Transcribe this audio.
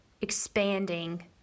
expanding